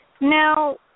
Now